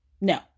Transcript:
no